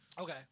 Okay